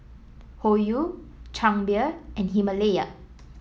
Hoyu Chang Beer and Himalaya